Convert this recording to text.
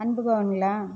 அன்பு பவனுங்களா